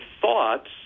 thoughts